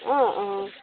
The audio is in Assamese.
অঁ অঁ